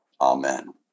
Amen